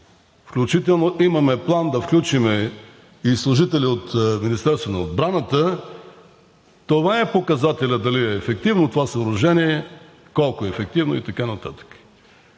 включително имаме план да включим и служители от Министерството на отбраната, това е показателят дали е ефективно това съоръжение, колко е ефективно и така нататък.